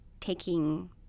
taking